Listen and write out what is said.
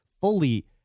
fully